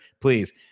Please